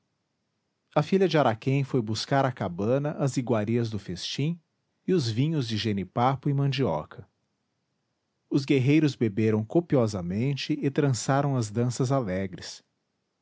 a filha de araquém foi buscar à cabana as iguarias do festim e os vinhos de jenipapo e mandioca os guerreiros beberam copiosamente e trançaram as danças alegres